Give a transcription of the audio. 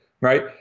Right